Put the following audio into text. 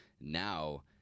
Now